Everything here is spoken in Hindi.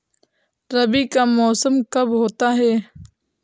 रबी का मौसम कब होता हैं?